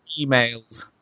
emails